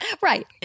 Right